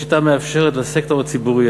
השיטה מאפשרת לסקטור הציבורי,